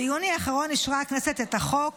ביוני האחרון אישרה הכנסת את החוק